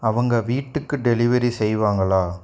அவங்க வீட்டுக்கு டெலிவரி செய்வாங்களா